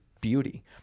beauty